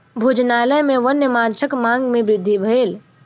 भोजनालय में वन्य माँछक मांग में वृद्धि भेल